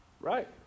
Right